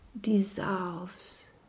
dissolves